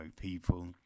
people